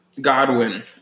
Godwin